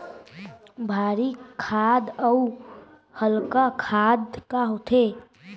भारी खाद अऊ हल्का खाद का होथे?